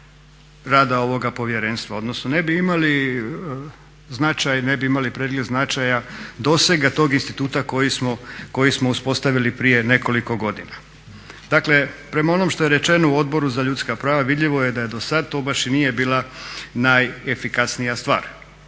rada ovoga Povjerenstva, odnosno ne bi imali značaj, ne bi imali pregled značaja dosega tog instituta koji smo uspostavili prije nekoliko godina. Dakle, prema onom što je rečeno u Odboru za ljudska prava vidljivo je da je do sad, to baš i nije bila najefikasnija stvar.